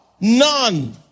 None